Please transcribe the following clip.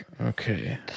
Okay